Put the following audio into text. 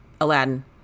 aladdin